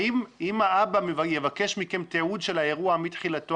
האם אם האבא יבקש מכם תיעוד של האירוע מתחילתו